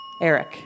Eric